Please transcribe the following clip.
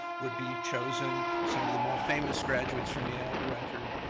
would be chosen. some of the more famous graduates from yale who entered.